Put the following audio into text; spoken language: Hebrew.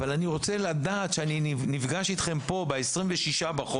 אבל אני רוצה לדעת שאני נפגש איתכם פה ב-26 לחודש,